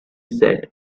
said